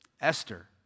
Esther